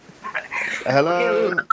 hello